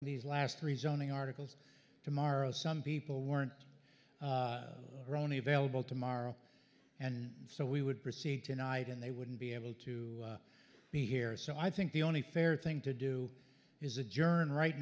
these last three zoning articles tomorrow some people weren't are only available tomorrow and so we would proceed tonight and they wouldn't be able to be here so i think the only fair thing to do is adjourn right